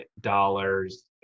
dollars